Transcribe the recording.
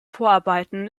vorarbeiten